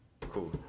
Cool